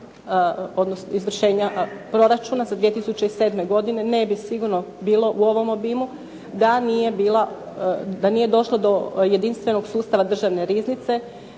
programa izvršenja proračuna za 2007. godinu ne bi sigurno bilo u ovom obimu da nije bila, da nije došlo do jedinstvenog sustava državne riznice